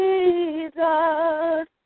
Jesus